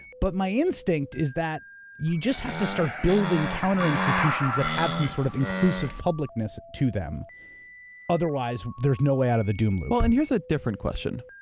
but my instinct is that you just have to start building counter institutions that have some sort of inclusive publicness to them otherwise there's no way out of the doom loop. well, and here's a different question.